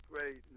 great